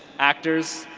actors,